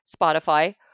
Spotify